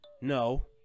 No